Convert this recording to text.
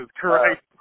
correct